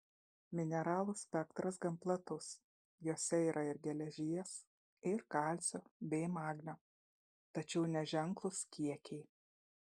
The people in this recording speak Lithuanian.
mineralų spektras gan platus jose yra ir geležies ir kalcio bei magnio tačiau neženklūs kiekiai